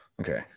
Okay